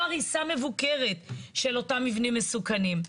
או הריסה מבוקרת של אותם מבנים מסוכנים.